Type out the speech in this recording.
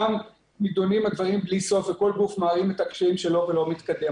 שם נדונים הדברים בלי סוף וכל גוף מערים את הקשיים שלו ולא מתקדם.